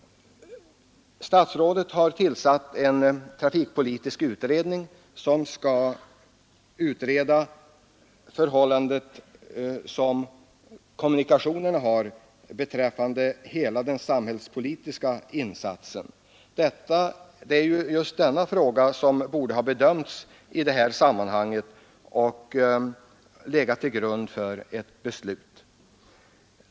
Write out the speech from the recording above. Statsrådet har tillsatt en trafikpolitisk utredning som skall klarlägga förhållandena beträffande kommunikationernas roll i samhället. Det är ju just dessa bedömningar, dock i mer begränsad omfattning, som skulle ha legat till grund för detta beslut.